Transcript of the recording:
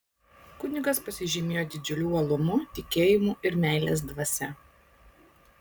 kunigas pasižymėjo didžiuliu uolumu tikėjimu ir meilės dvasia